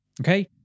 Okay